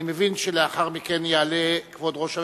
אני מבין שלאחר מכן יעלה כבוד ראש הממשלה,